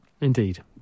Indeed